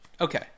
okay